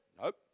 Nope